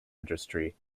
industry